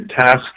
task